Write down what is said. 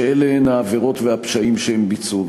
שאלה העבירות והפשעים שהם ביצעו.